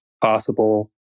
possible